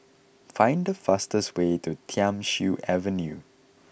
find the fastest way to Thiam Siew Avenue